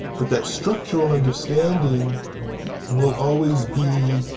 but that structural understanding will always be